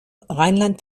rheinland